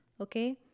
okay